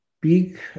big